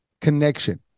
connection